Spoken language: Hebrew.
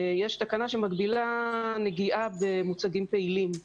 יש תקנה שמגבילה נגיעה במוצגים פעילים.